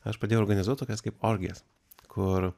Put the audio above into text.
aš padėjau organizuot tokias kaip orgijas kur